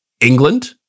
England